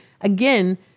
again